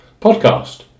podcast